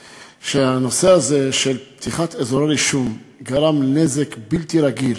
שהנושא הזה של פתיחת אזורי רישום גרם נזק בלתי רגיל